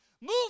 move